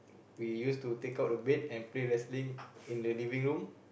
we used to take out the bed and play wrestling in the living room